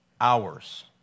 hours